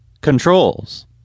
Controls